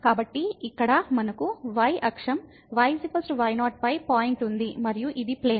కాబట్టి ఇక్కడ మనకు y అక్షం y y0 పై పాయింట్ ఉంది మరియు ఇది ప్లేన్